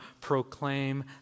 proclaim